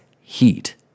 heat